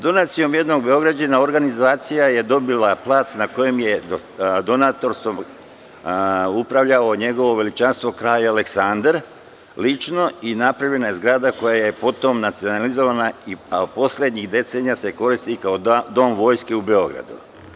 Donacijom jednog Beograđanina, organizacija je dobila plac na kojem je donatorstvom upravljalo njegovo veličanstvo Kralj Aleksandar, lično, napravljena je zgrada koja je potom nacionalizovana, poslednjih decenija se koristi kao Dom vojske u Beogradu.